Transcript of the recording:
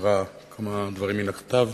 אקריא כמה דברים מן הכתב,